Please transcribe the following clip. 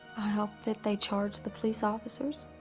i hope that they charge the police officers.